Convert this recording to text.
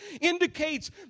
indicates